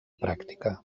pràctica